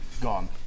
Gone